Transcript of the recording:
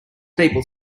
people